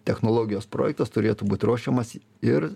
technologijos projektas turėtų būti ruošiamas ir